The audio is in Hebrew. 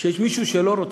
שיש מישהו שלא רוצה.